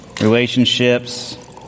relationships